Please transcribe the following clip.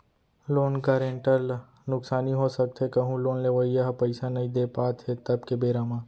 loan guarantor ल नुकसानी हो सकथे कहूँ लोन लेवइया ह पइसा नइ दे पात हे तब के बेरा म